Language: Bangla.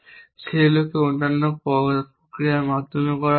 সেগুলি অন্যান্য প্রক্রিয়ার মাধ্যমে করা যেতে পারে